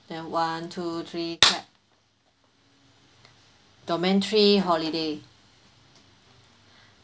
ya one two three clap domain three holiday